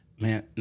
Man